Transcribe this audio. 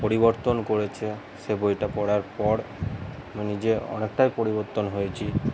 পরিবর্তন করেছে সেই বইটা পড়ার পর নিজে অনেকটাই পরিবর্তন হয়েছে